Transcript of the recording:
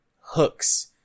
hooks